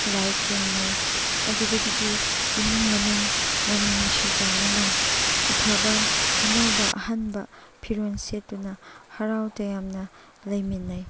ꯂꯥꯏ ꯈꯨꯔꯨꯝꯅꯩ ꯑꯗꯨꯗꯒꯤꯗꯤ ꯏꯃꯨꯡ ꯃꯅꯨꯡ ꯌꯥꯝꯅ ꯅꯨꯡꯁꯤ ꯆꯥꯟꯅꯅ ꯑꯐꯕ ꯑꯅꯧꯕ ꯑꯍꯟꯕ ꯐꯤꯔꯣꯜ ꯁꯦꯠꯇꯨꯅ ꯍꯔꯥꯎ ꯇꯌꯥꯝꯅ ꯂꯩꯃꯤꯟꯅꯩ